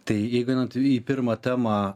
tai jeigu einant į pirmą temą